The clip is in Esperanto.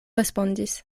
respondis